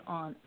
on